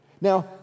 Now